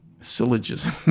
syllogism